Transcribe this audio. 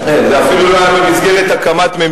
הם קיבלו את זה כפרס עבור שירותים.